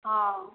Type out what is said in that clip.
ହଁ